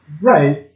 Right